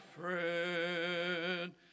friend